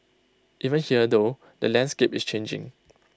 even here though the landscape is changing